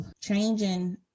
changing